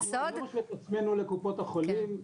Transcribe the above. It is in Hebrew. את עצמנו לקופות החולים,